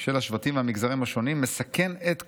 של השבטים והמגזרים השונים מסכן את כולנו"